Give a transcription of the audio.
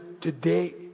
today